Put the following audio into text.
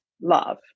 love